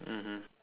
mmhmm